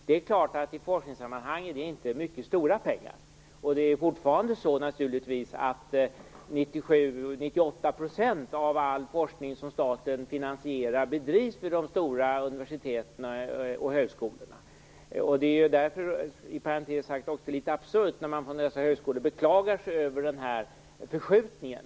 Det är klart att det i forskningssammanhang inte är stora pengar, och det är fortfarande så att 97-98 % av den forskning som staten finansierar bedrivs vid de stora universiteten och högskolorna. Det är inom parentes sagt därför också litet absurt när dessa högskolor beklagar sig över denna förskjutning.